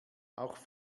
auch